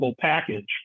package